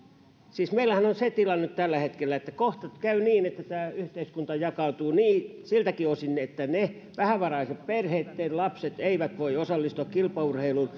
siis meillähän on se tilanne tällä hetkellä että kohta käy niin että tämä yhteiskunta jakautuu siltäkin osin että vähävaraisten perheitten lapset eivät voi osallistua kilpaurheiluun